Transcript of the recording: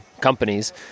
companies